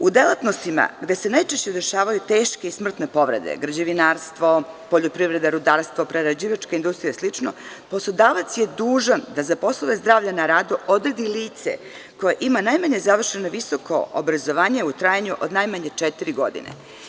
U delatnostima gde se najčešće dešavaju teške i smrtne povrede, građevinarstvo, poljoprivreda, rudarstvo, prerađivačka industrija i sl, poslodavac je dužan da za poslove zdravlja na radu odredi lice koje ima najmanje završeno visoko obrazovanje u trajanju od najmanje četiri godine.